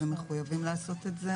אז הם מחויבים לעשות את זה פיזית.